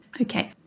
Okay